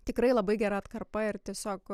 tikrai labai gera atkarpa ir tiesiog